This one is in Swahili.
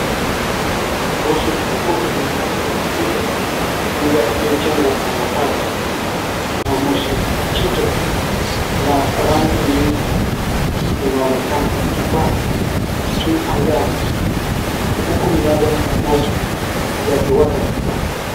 Moshi mkubwa umeuguza kabisa nyumba iliojengwa kwa mabati na moshi zito la rangi nyeusi linaonekana likipaa juu angani uku miale ya moto yakiwaka kwa kasi.